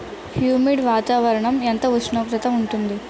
Humid వాతావరణం ఎంత ఉష్ణోగ్రత ఉంటుంది?